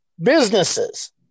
businesses